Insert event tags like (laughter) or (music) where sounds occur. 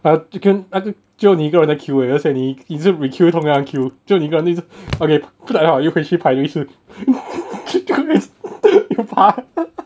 err chicken 那就你一个人的 queue 而已而且你一直 re-queue 同样的 queue 就你一个人那一直 okay cause 还好又回去排多一次 (laughs)